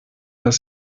dass